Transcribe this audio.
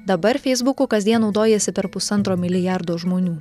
dabar feisbuku kasdien naudojasi per pusantro milijardo žmonių